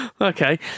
Okay